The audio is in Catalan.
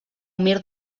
mir